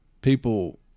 people